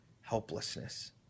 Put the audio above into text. helplessness